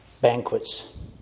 banquets